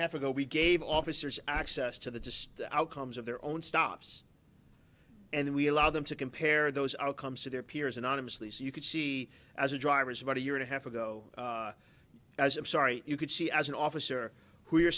half ago we gave officers access to the outcomes of their own stops and we allow them to compare those outcomes to their peers anonymously so you can see as a driver's about a year and a half ago as i'm sorry you could see as an officer who you're